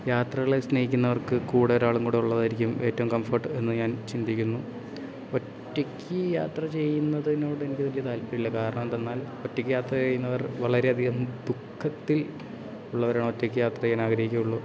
യാത്രകളെ സ്നേഹിക്കുന്നവർക്ക് കൂടെ ഒരാളും കൂടെ ഉള്ളതായിരിക്കും ഏറ്റവും കംഫർട്ട് എന്ന് ഞാൻ ചിന്തിക്കുന്നു ഒറ്റയ്ക്ക് യാത്ര ചെയ്യുന്നതിനോട് എനിക്ക് വലിയ താല്പര്യമില്ല കാരണം എന്തെന്നാൽ ഒറ്റയ്ക്ക് യാത്ര ചെയ്യുന്നവർ വളരെ അധികം ദുഃഖത്തിൽ ഉള്ളവരാണ് ഒറ്റയ്ക്ക് യാത്ര ചെയ്യാൻ ആഗ്രഹിക്കുക ഉള്ളൂ